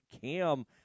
Cam